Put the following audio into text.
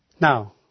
Now